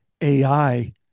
AI